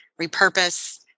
repurpose